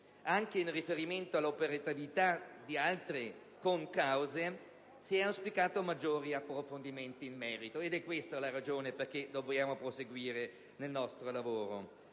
anche con riferimento all'operatività di altre concause, si sono auspicati maggiori approfondimenti in merito, ed è questa la ragione per cui dobbiamo proseguire nel nostro lavoro.